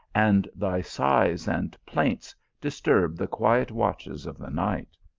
and thy sighs and plaints disturb the quiet watches of the night?